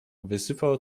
wysypał